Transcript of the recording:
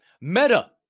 meta